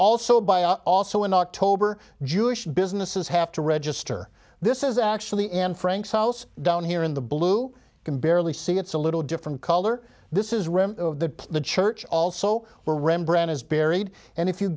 also by also in october jewish businesses have to register this is actually an frank's house down here in the blue can barely see it's a little different color this is rim of the church also where rembrandt is buried and if you